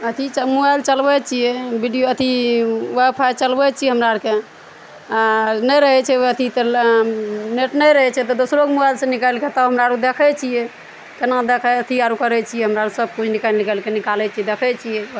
अथी मोबाइल चलबै छियै वीडियो अथी वाइ फाइ चलबै छियै हमरा आरके आ नहि रहै छै अथी तऽ लाइन नेट नही रहै छै तऽ दोसरोके मोबाइल सऽ निकालि कऽ तब हमरा आर देखै छियै केना देखै अथी आर करै छियै हमरा सबकिछु निकालि निकालि कऽ निकालै छियै देखै छियै